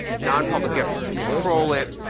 non-public efforts to control it,